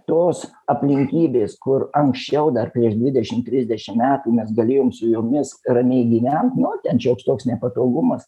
tos aplinkybės kur anksčiau dar prieš dvidešim trisdešim metų mes galėjom su jomis ramiai gyvent nu ten šioks toks nepatogumas